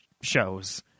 shows